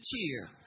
cheer